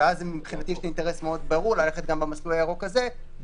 ואז מבחינתי יש לי אינטרס מאוד ברור ללכת גם במסלול הירוק הזה מבלי